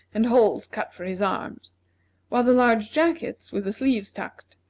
and holes cut for his arms while the large jackets, with the sleeves tucked,